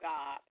God